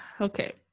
okay